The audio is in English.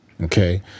Okay